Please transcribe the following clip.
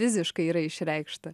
fiziškai yra išreikšta